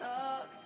Talk